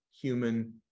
human